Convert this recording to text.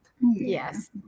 yes